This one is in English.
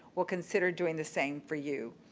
we'll consider doing the same for you.